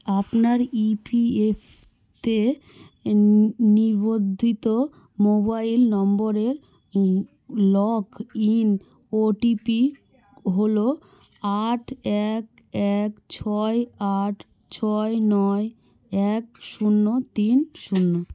আপনার ইপিএফতে নি নিবন্ধিত মোবাইল নম্বরের লগ ইন ওটিপি হলো আট এক এক ছয় আট ছয় নয় এক শূন্য তিন শূন্য